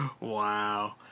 wow